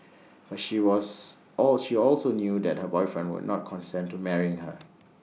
but she was all she also knew that her boyfriend would not consent to marrying her